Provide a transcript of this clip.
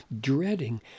dreading